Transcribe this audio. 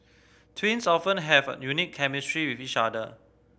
twins often have a unique chemistry with each other